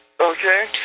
okay